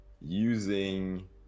using